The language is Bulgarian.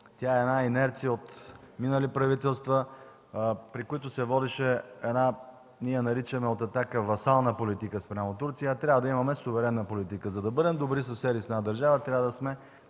тя е една инерция от минали правителства, при които се водеше една – ние от „Атака” я наричаме – „васална политика спрямо Турция”, а трябва да имаме суверенна политика. За да бъдем добри съседи с една държава, трябва да сме